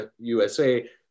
USA